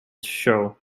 show